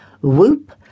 Whoop